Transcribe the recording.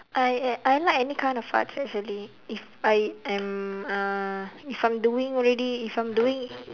I I like any kind of arts actually if I am uh if I'm doing already if I'm doing